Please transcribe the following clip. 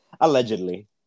Allegedly